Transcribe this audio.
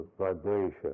vibration